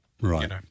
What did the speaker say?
right